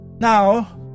Now